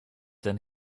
than